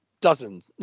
dozens